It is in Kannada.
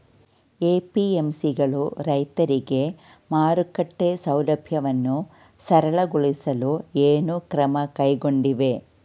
ಎ.ಪಿ.ಎಂ.ಸಿ ಗಳು ರೈತರಿಗೆ ಮಾರುಕಟ್ಟೆ ಸೌಲಭ್ಯವನ್ನು ಸರಳಗೊಳಿಸಲು ಏನು ಕ್ರಮ ಕೈಗೊಂಡಿವೆ?